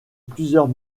plusieurs